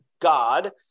God